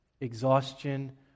exhaustion